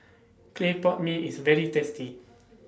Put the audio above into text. Clay Pot Mee IS very tasty